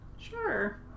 Sure